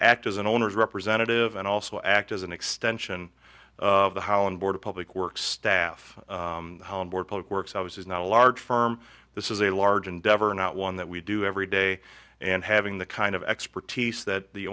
act as an owner's representative and also act as an extension of the hauen board of public works staff public works i was not a large firm this is a large endeavor not one that we do every day and having the kind of expertise that the